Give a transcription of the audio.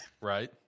Right